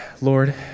Lord